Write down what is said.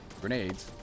grenades